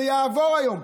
זה יעבור היום,